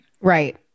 Right